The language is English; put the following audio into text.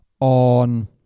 on